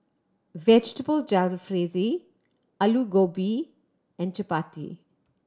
Vegetable Jalfrezi Alu Gobi and Chapati